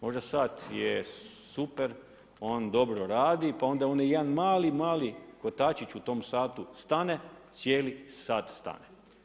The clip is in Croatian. Možda sat je super, on dobro radi, pa onda on je jedan mali, mali kotačić u tom satu stane, cijeli sat stane.